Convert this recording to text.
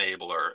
enabler